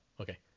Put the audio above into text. okay